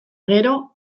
gero